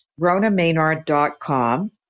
ronamaynard.com